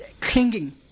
clinging